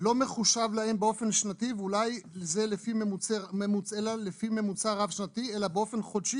לא מחושב להם לפי ממוצע רב שנתי אלא באופן חודשי